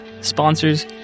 sponsors